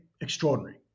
extraordinary